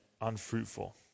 unfruitful